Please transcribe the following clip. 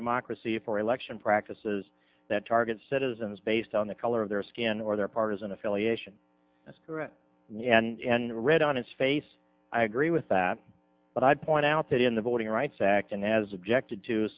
democracy for election practices that target citizens based on the color of their skin or their partisan affiliation that's correct and read on its face i agree with that but i'd point out that in the voting rights act and has objected to